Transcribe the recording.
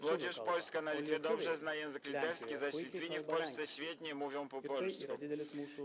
Młodzież polska na Litwie dobrze zna język litewski, zaś Litwini w Polsce świetnie mówią po polsku.